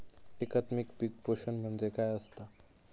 एकात्मिक पीक पोषण म्हणजे काय असतां?